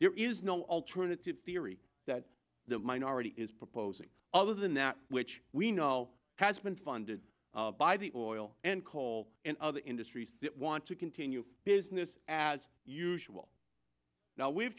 there is no alternative theory that the minority is proposing other than that which we know has been funded by the oil and coal and other industries that want to continue business as usual now we've